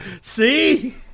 See